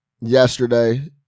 yesterday